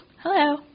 Hello